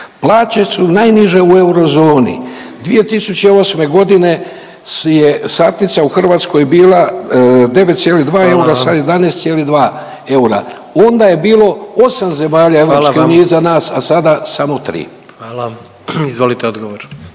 Plaće su najniže u eurozoni. 2008. godine je satnica u Hrvatskoj bila 9,2 eura, sad je 11,2 eura. Onda je bilo 8 zemalja Europske unije iza nas, a sada samo tri. **Jandroković, Gordan